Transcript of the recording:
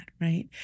right